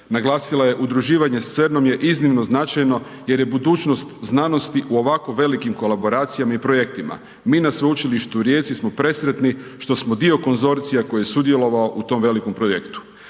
naglasila je udruživanje sa CERN-om je iznimno značajno jer je budućnost znanosti u ovako velikim kolaboracijama i projektima. Mi na Sveučilištu u Rijeci smo presretni što smo dio konzorcija koji je sudjelovao u tom velikom projektu.